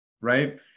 right